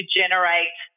generate